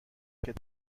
بگویم